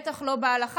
בטח לא בהלכה,